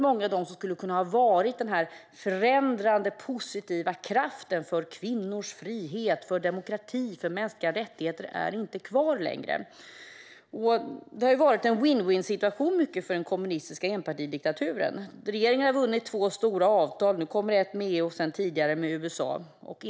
Många av dem som skulle ha kunnat vara förändrande och positiva krafter för kvinnors frihet, för demokrati och för mänskliga rättigheter är inte kvar längre. För den kommunistiska diktaturen har det i mycket varit en vinn-vinn-situation. Regeringen har vunnit två stora avtal: ett med EU som kommer nu, och sedan tidigare har man ett med USA.